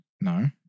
No